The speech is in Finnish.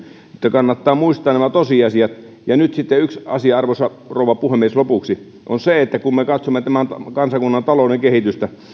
kannattaa muistaa nämä tosiasiat ja nyt sitten yksi asia arvoisa rouva puhemies lopuksi se että kun me katsomme tämän kansakunnan talouden kehitystä